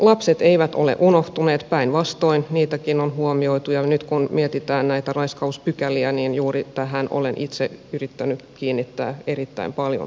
lapset eivät ole unohtuneet päinvastoin niitäkin on huomioitu ja nyt kun mietitään näitä raiskauspykäliä niin juuri tähän olen itse yrittänyt kiinnittää erittäin paljon huomiota